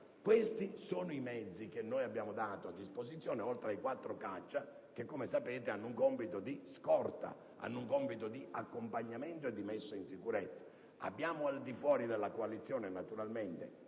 Questi sono i mezzi che abbiamo messo a disposizione, oltre ai quattro caccia che - come è noto - hanno un compito di scorta, di accompagnamento e di messa in sicurezza. Abbiamo al di fuori della coalizione i mezzi